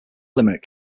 limerick